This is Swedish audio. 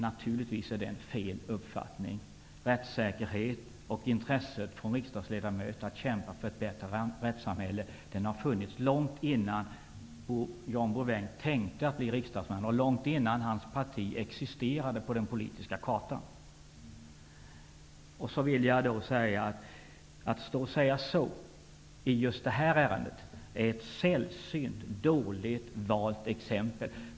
Naturligtvis är det en felaktig uppfattning. Riksdagsledamöternas intresse för rättssäkerheten och vilja att kämpa för ett bättre rättssamhälle har funnits långt innan John Bouvin tänkte bli riksdagsman och långt innan hans parti existerade på den politiska kartan. John Bouvin kommer i detta ärende med ett sällsynt dåligt valt exempel.